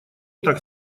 так